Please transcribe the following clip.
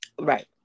Right